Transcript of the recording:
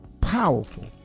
powerful